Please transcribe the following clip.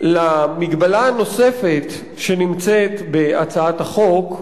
למגבלה הנוספת שנמצאת בהצעת החוק,